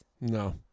No